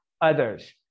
others